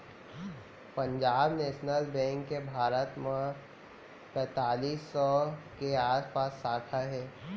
Punjab national bank के भारत म पैतालीस सौ के आसपास साखा हे